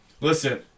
Listen